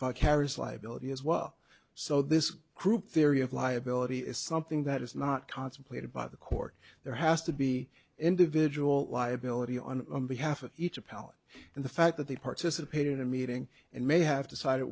vicarious liability as well so this group theory of liability is something that is not contemplated by the court there has to be individual liability on behalf of each a pallet and the fact that they participated in a meeting and may have